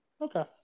Okay